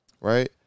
right